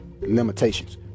limitations